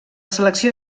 selecció